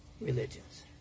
religions